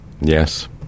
Yes